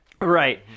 Right